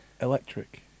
electric